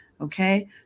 Okay